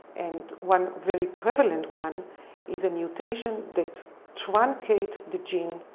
and one very prevalent one is a mutation that truncates the gene,